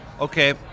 okay